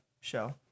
show